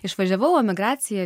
išvažiavau emigracija